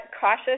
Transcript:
cautious